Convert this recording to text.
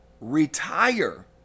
retire